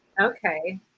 Okay